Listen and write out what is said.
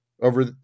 over